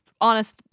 honest